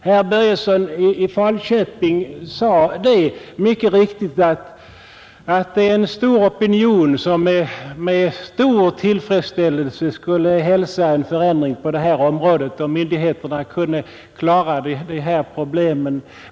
Herr Börjesson i Falköping sade mycket riktigt att det är en utbredd opinion som med stor tillfredsställelse skulle hälsa en förändring på detta område, om myndigheterna kunde klara de här problemen.